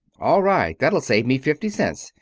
all right! that'll save me fifty cents.